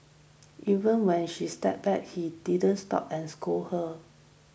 even when she stepped back he didn't stop and scold her